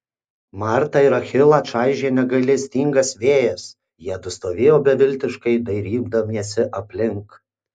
martą ir achilą čaižė negailestingas vėjas jiedu stovėjo beviltiškai dairydamiesi aplink